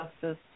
justice